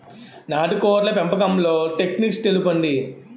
నాటుకోడ్ల పెంపకంలో టెక్నిక్స్ తెలుపండి?